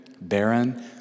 barren